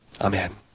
Amen